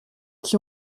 qui